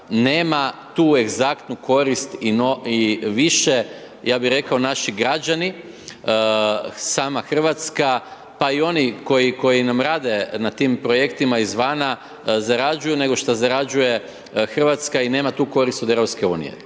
nema tu egzaktnu korist i više ja bih rekao naši građani, sama Hrvatska pa i oni koji nam rade na tim projektima izvana zarađuju nego što zarađuje Hrvatska i nema tu korist iz EU. Zanima